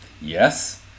yes